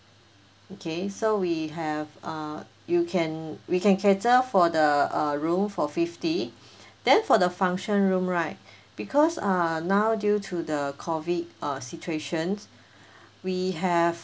okay so we have uh you can we can cater for the uh room for fifty then for the function room right because err now due to the COVID uh situations we have